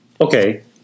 okay